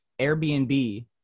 Airbnb